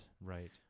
Right